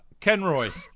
Kenroy